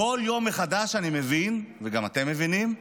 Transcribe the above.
כל יום מחדש אני מבין וגם אתם מבינים,